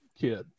kid